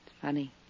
funny